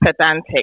pedantic